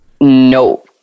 No